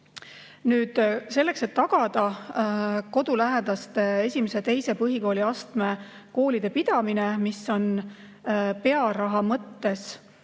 jätkub. Selleks, et tagada kodulähedaste esimese ja teise põhikooliastme koolide pidamine – mis on pearaha mõttes